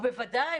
ובוודאי,